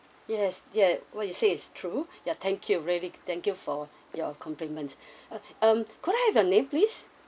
yes yeah what you say is true ya thank really you thank you for your compliment uh um could I have your name please